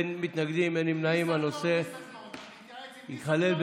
אין נמנעים, אין מתנגדים.